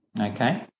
okay